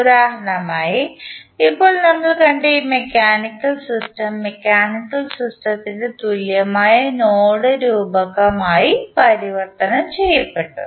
ഉദാഹരണമായി ഇപ്പോൾ നമ്മൾ കണ്ട ഈ മെക്കാനിക്കൽ സിസ്റ്റം മെക്കാനിക്കൽ സിസ്റ്റത്തിൻറെ തുല്യമായ നോഡ് രൂപകം ആയി പരിവർത്തനം ചെയ്യപ്പെട്ടു